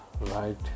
right